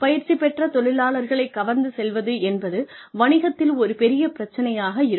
பயிற்சி பெற்ற தொழிலாளர்களைக் கவர்ந்து செல்வது என்பது வணிகத்தில் ஒரு பெரிய பிரச்சினையாக இருக்கும்